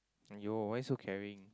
!aiyo! why so caring